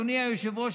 אדוני היושב-ראש,